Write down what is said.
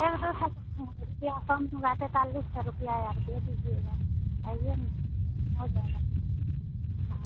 एक दो सौ कम होगा रुपया कम होगा तैंतालिस सौ रुपया आप दे दीजिएगा आइए ना कम हो जाएगा हाँ